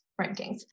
rankings